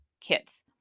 kits